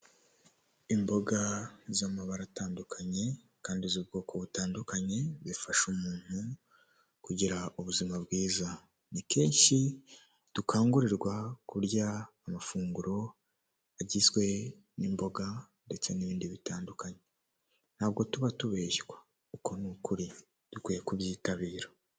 Imboga z'amabara atandukanye, kandi z'ubwoko butandukanye zifasha umuntu kugira ubuzima bwiza. Ni kenshi dukangurirwa kurya amafunguro agizwe n'imboga, ndetse n'ibindi bitandukanye. Ntabwo tuba tubeshywa uko ni ukuri dukwiye kubyitabira.